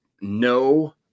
no